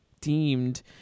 deemed